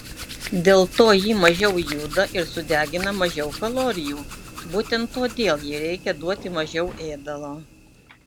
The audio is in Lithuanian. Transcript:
dėl to ji mažiau juda ir sudegina mažiau kalorijų būtent todėl jai reikia duoti mažiau ėdalo